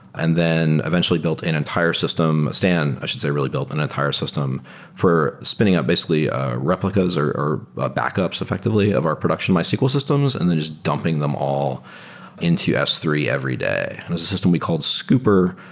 and then eventually built an entire system stand. i should say, really built an entire system for spinning up basically ah replicas or or ah backups effectively of our production mysql systems and then just dumping them all into s three every day. and it's a system we called scooper.